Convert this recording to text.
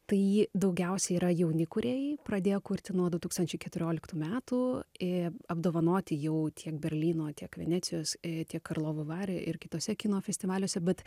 tai ji daugiausiai yra jauni kūrėjai pradėję kurti nuo du tūkstančiai keturioliktų metų ir apdovanoti jau tiek berlyno tiek venecijos tiek karlovy vary ir kituose kino festivaliuose bet